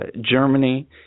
Germany